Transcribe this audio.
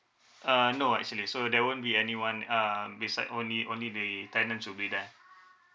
uh no actually so there won't be anyone uh beside only only the tenants will be there